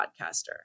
podcaster